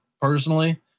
personally